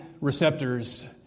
receptors